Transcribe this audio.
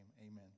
amen